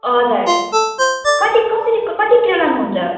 हजुर कति कसरी कति किलो लानुहुन्छ